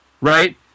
Right